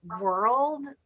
world